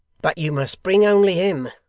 but you must bring only him,